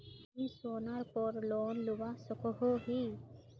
मुई सोनार पोर लोन लुबा सकोहो ही?